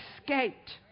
escaped